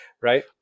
right